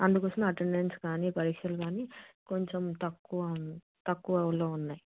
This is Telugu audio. అందుకోసం అట్టెండన్స్ కానీ పరీక్షలు కానీ కొంచం తక్కువ తక్కువలో ఉన్నాయి